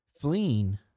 fleeing